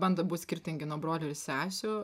bando būt skirtingi nuo brolių ir sesių